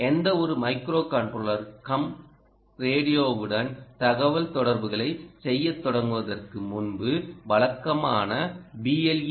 எந்தவொரு microcontroller cum ரேடியோவுடன் தகவல்தொடர்புகளைச் செய்யத் தொடங்குவதற்கு முன்பு வழக்கமான BLE